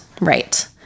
Right